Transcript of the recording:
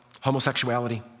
homosexuality